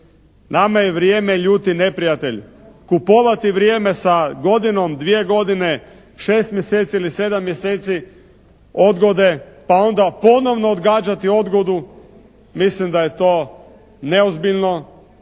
Nama je vrijeme ljuti neprijatelj. Kupovati vrijeme sa godinom, dvije godine, šest mjeseci ili sedam mjeseci odgode, pa onda ponovno odgađati odgodu mislim da je to neozbiljno,